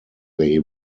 they